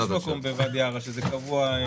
יש מקום בוואדי ערה שזה קבוע מתנתק.